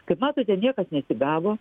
kaip matote niekas nesigavo